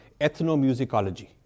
ethnomusicology